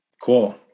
Cool